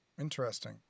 Interesting